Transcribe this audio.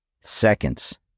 seconds